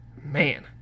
man